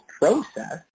process